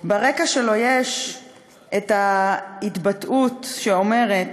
ברקע שלו יש התבטאות שאומרת